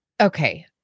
Okay